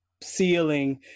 Ceiling